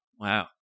Wow